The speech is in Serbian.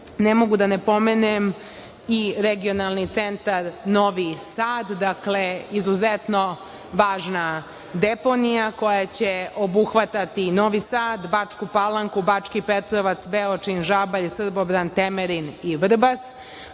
ne mogu a da ne pomenem i regionalni centar Novi Sad. Dakle, to je izuzetno važna deponija koja će obuhvatati Novi Sad, Bačku Palanku, Bački Petrovac, Beočin, Žabalj, Srbobran, Temerin i Vrbas. Dakle,